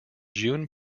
june